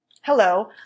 hello